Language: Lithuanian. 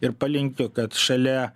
ir palinkiu kad šalia